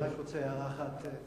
אני רק רוצה הערה אחת